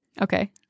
Okay